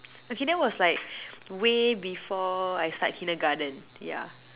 okay that was like way before I start Kindergarten yeah